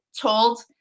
told